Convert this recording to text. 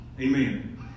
Amen